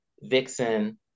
vixen